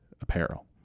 apparel